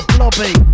Blobby